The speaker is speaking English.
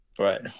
Right